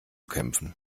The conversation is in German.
kämpfen